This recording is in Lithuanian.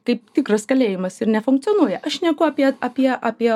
kaip tikras kalėjimas ir nefunkcionuoja aš šneku apie apie apie